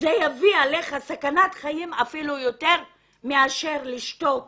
זה יביא עליך סכנת חיים יותר גדולה מאשר לשתוק